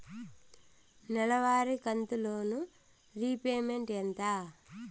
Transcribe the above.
నెలవారి కంతు loan repayment ఎంత?